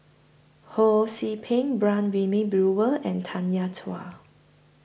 Ho See Peng Brown Wilmin Brewer and Tanya Chua